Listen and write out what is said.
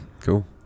cool